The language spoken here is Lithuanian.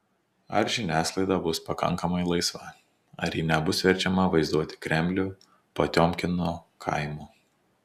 ar žiniasklaida bus pakankamai laisva ar ji nebus verčiama vaizduoti kremlių potiomkino kaimu